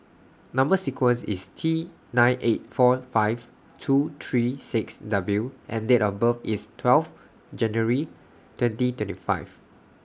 Number sequence IS T nine eight four five two three six W and Date of birth IS twelve January twenty twenty five